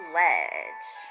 ledge